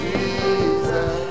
Jesus